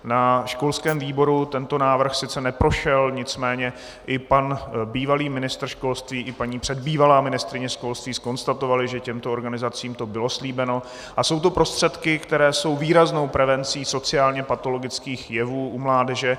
Na školském výboru tento návrh sice neprošel, nicméně i pan bývalý ministr školství i paní předbývalá ministryně školství zkonstatovali, že těmto organizacím to bylo slíbeno a jsou to prostředky, které jsou výraznou prevencí sociálněpatologických jevů u mládeže.